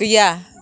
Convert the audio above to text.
गैया